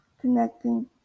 connecting